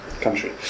country